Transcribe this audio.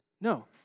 No